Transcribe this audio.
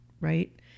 right